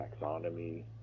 taxonomy